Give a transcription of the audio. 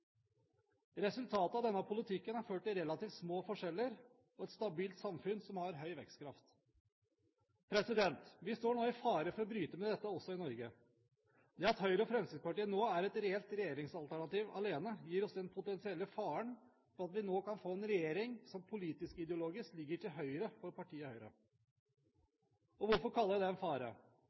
Resultatet av denne politikken har ført til relativt små forskjeller og et stabilt samfunn som har høy vekstkraft. Vi står nå i fare for å bryte med dette også i Norge. Det at Høyre og Fremskrittspartiet nå er et reelt regjeringsalternativ alene, gir oss den potensielle faren at vi nå kan få en regjering som politisk-ideologisk ligger til høyre for partiet Høyre. Hvorfor kaller jeg det en fare?